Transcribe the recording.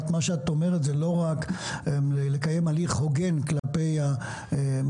מה שאת אומרת זה לא לקיים הליך הוגן כלפי המעסיקים